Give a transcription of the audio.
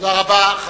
תודה רבה.